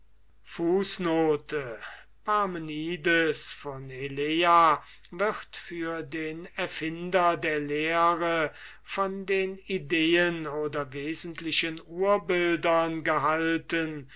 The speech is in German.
parmenides von elea wird für den erfinder der lehre von den ideen oder wesentlichen urbildern gehalten